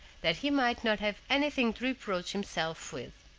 that he might not have anything to reproach himself with.